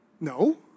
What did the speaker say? No